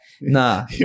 nah